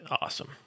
Awesome